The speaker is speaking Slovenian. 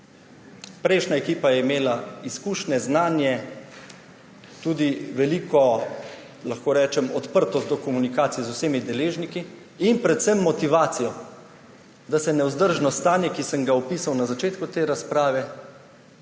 Prejšnja ekipa je imela izkušnje, znanje, tudi veliko odprtost do komunikacij v zvezi deležniki in predvsem motivacijo, da se nevzdržno stanje, ki sem ga opisal na začetku te razprave,